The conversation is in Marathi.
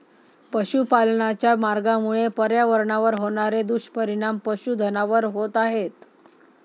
पशुपालनाच्या मार्गामुळे पर्यावरणावर होणारे दुष्परिणाम पशुधनावर होत आहेत